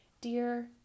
Dear